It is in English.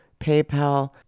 PayPal